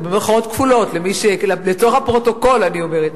זה במירכאות כפולות, לצורך הפרוטוקול אני אומרת.